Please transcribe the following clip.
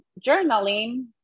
journaling